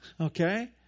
okay